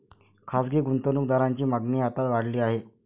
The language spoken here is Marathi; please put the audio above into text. खासगी गुंतवणूक दारांची मागणी आता वाढली आहे